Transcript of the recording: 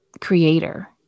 creator